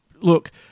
look